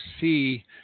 see